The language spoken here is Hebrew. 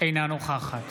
אינה נוכחת